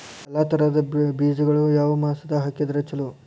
ಎಲ್ಲಾ ತರದ ಬೇಜಗೊಳು ಯಾವ ಮಾಸದಾಗ್ ಹಾಕಿದ್ರ ಛಲೋ?